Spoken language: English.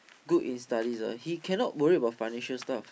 good in studies ah he cannot worry about financial stuff